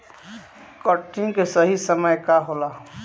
कटनी के सही समय का होला?